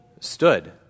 stood